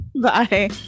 bye